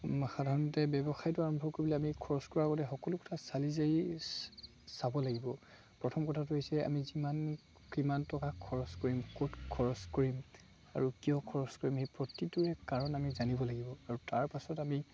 সাধাৰণতে ব্যৱসায়টো আৰম্ভ কৰিবলৈ আমি খৰচ কৰাৰ আগতে সকলো কথা চালি জাৰি চাব লাগিব প্ৰথম কথাটো হৈছে আমি যিমান কিমান টকা খৰচ কৰিম ক'ত খৰচ কৰিম আৰু কিয় খৰচ কৰিম সেই প্ৰতিটোৰে কাৰণ আমি জানিব লাগিব আৰু তাৰপাছত আমি